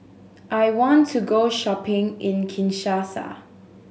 I want to go shopping in Kinshasa